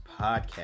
podcast